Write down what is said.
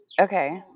Okay